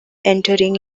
entering